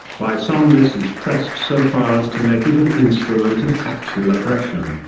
by some this is pressed so far as to make it an instrument of actual oppression,